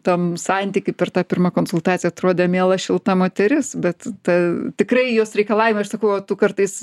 tam santyky per tą pirmą konsultaciją atrodė miela šilta moteris bet ta tikrai jos reikalavimai aš sakau o tu kartais